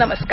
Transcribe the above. नमस्कार